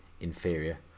inferior